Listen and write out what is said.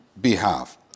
behalf